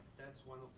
that's one